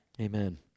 Amen